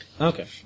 Okay